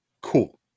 Cool